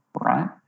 right